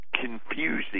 confusing